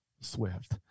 swift